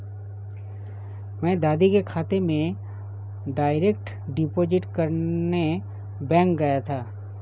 मैं दीदी के खाते में डायरेक्ट डिपॉजिट करने बैंक गया था